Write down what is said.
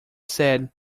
said